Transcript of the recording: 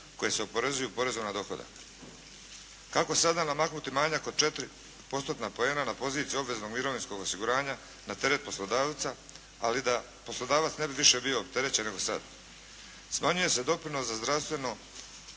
koje se oporezuju u porezu na dohodak. Kako sada namaknuti manjak od četiri postotna poena na poziciji obveznog mirovinskog osiguranja na teret poslodavca, ali da poslodavac ne bi više bio opterećen nego sad? Smanjuje se doprinos za zdravstveno